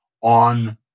on